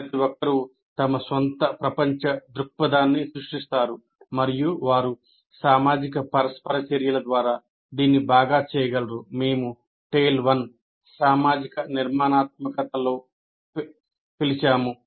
ప్రతి ఒక్కరూ తన సొంత ప్రపంచ దృక్పథాన్ని సృష్టిస్తారు మరియు వారు సామాజిక పరస్పర చర్యల ద్వారా దీన్ని బాగా చేయగలరు మేము TALE 1 సామాజిక నిర్మాణాత్మకత లో పిలిచాము